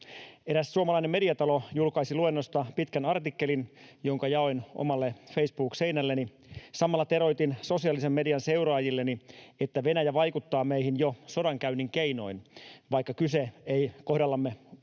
Eräs suomalainen mediatalo julkaisi luennosta pitkän artikkelin, jonka jaoin omalle Facebook-seinälleni. Samalla teroitin sosiaalisen median seuraajilleni, että Venäjä vaikuttaa meihin jo sodankäynnin keinoin, vaikka kyse ei kohdallamme